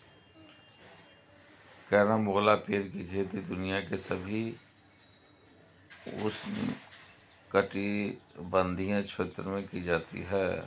carambola पेड़ की खेती दुनिया के सभी उष्णकटिबंधीय क्षेत्रों में की जाती है